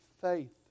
faith